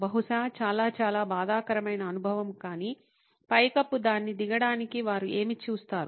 బహుశా చాలా చాలా బాధాకరమైన అనుభవం కానీ పైకప్పు దాన్ని దిగడానికి వారు ఏమి చూస్తారు